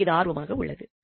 நமக்கு இது ஆர்வமாக உள்ளது